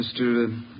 Mr